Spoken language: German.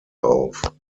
auf